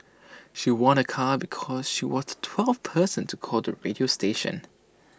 she won A car because she was the twelfth person to call the radio station